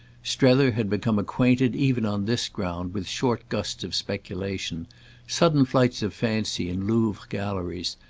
strether had become acquainted even on this ground with short gusts of speculation sudden flights of fancy in louvre galleries,